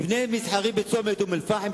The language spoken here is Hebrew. מבנה מסחרי בצומת אום-אל-פחם,